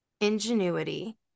ingenuity